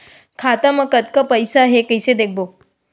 खाता मा कतका पईसा हे कइसे देखबो?